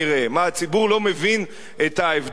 מה, הציבור לא מבין את ההבדל הזה?